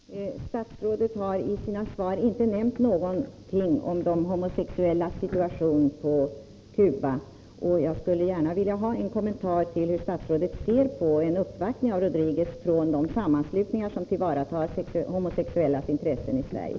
Fru talman! Statsrådet har i sina svar inte nämnt någonting om de homosexuellas situation på Cuba. Jag skulle gärna vilja ha en kommentar från statsrådet hur han ser på en uppvaktning hos Rodriguez från de sammanslutningar som tillvaratar de homosexuellas intressen i Sverige.